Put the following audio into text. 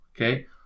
Okay